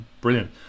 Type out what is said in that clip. brilliant